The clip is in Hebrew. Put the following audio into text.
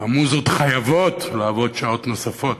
המוזות חייבות לעבוד שעות נוספות.